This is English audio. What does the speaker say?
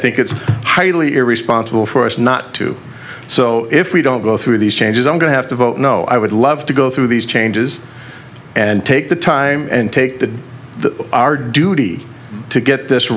think it's highly irresponsible for us not to so if we don't go through these changes i'm going to have to vote no i would love to go through these changes and take the time and take to the our duty to get this